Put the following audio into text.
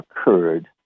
occurred